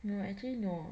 no actually no